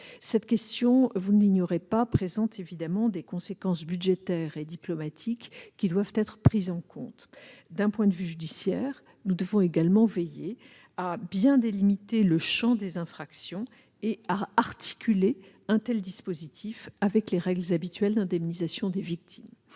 pays concerné. Vous n'ignorez pas les enjeux budgétaires et diplomatiques qui doivent être pris en compte. Du point de vue judiciaire, nous devons également veiller à bien délimiter le champ des infractions et à articuler le futur dispositif avec les règles habituelles d'indemnisation des victimes.